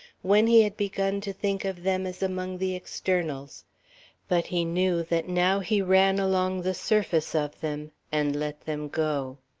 when he had begun to think of them as among the externals but he knew that now he ran along the surface of them and let them go.